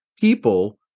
people